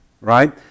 right